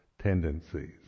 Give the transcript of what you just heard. tendencies